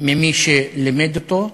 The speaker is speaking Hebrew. ממי שלימד אותו,